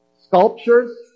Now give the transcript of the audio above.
sculptures